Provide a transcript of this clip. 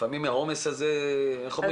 לפעמים בעומס שנוצר,